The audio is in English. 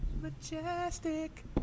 majestic